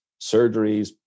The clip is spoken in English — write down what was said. surgeries